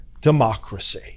democracy